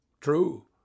True